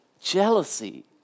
jealousy